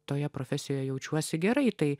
toje profesijoje jaučiuosi gerai tai